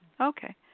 Okay